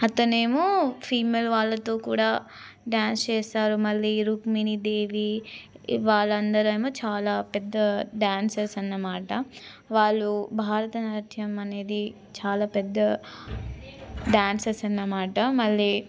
అతనేమో ఫీమెయిల్ వాళ్ళతో కూడా డ్యాన్స్ చేస్తారు మళ్ళీ రుక్మిణ దేవి వాళ్ళందరేమో చాలా పెద్ద డ్యాన్సర్స్ అన్నమాట వాళ్ళు భరతనాట్యం అనేది చాలా పెద్ద డ్యాన్సర్స్ అన్నమాట మళ్ళీ